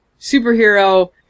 superhero